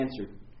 answered